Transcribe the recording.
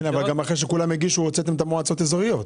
אבל אחרי שכולם הגישו הוצאתם את המועצות האזוריות.